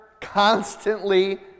constantly